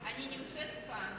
אני נמצאת כאן